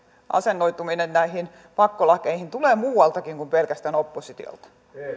asennoituminen näihin pakkolakeihin tulee muualtakin kuin pelkästään oppositiolta